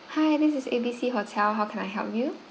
hi this is A B C hotel how can I help you